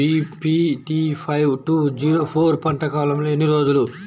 BPT five two zero four పంట కాలంలో ఎన్ని రోజులు?